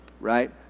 right